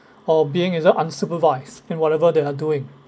or being is uh unsupervised in whatever they are doing